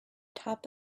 top